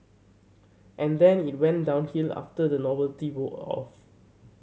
and then it went downhill after the novelty wore off